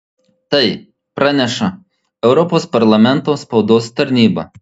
tai praneša europos parlamento spaudos tarnyba